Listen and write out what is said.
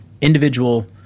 individual